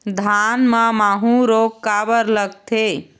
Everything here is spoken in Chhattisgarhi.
धान म माहू रोग काबर लगथे?